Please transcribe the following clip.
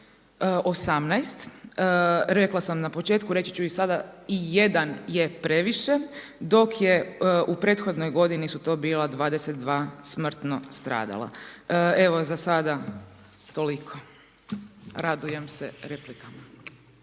18. Rekla sam na početku, reći ću i sada i jedan je previše dok je u prethodnoj godini su to bila 22 smrtno stradala. Evo, za sada toliko, radujem se replikama.